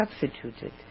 substituted